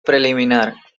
preliminar